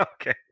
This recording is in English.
Okay